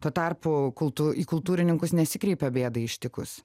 tuo tarpu kultu į kultūrininkus nesikreipia bėdai ištikus